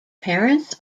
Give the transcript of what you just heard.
parents